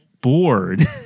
bored